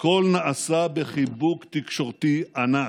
הכול נעשה בחיבוק תקשורתי ענק.